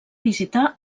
visitar